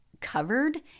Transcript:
covered